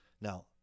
Now